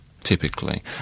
typically